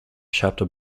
chapter